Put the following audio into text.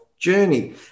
journey